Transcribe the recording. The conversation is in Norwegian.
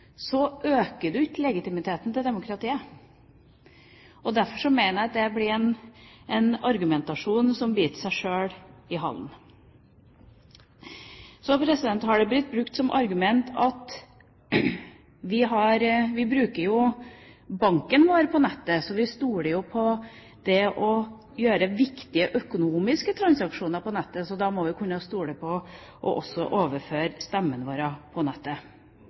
øker du ikke legitimiteten til demokratiet. Derfor mener jeg det blir en argumentasjon som biter seg sjøl i halen. Så har det blitt brukt som argument at vi bruker banken vår på nettet. Vi stoler på at vi kan gjøre viktige økonomiske transaksjoner på nettet, og da må vi også kunne stole på å overføre stemmene våre på nettet.